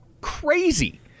crazy